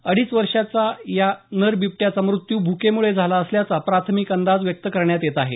अडीच वर्षांच्या या नर बिबट्याचा मृत्यू भुकेमुळे झाला असल्याचा प्राथमिक अंदाज व्यक्त करण्यात येत आहे